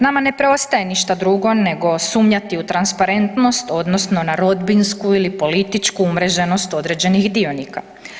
Nama ne preostaje ništa drugo nego sumnjati u transparentnost odnosno na rodbinsku ili političku umreženost određenih dionika.